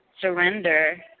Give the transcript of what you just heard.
surrender